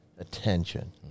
attention